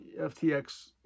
FTX